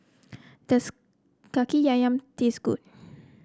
does kaki ayam taste good